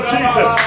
Jesus